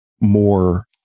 more